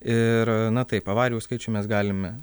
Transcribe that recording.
ir na taip avarijų skaičių mes galime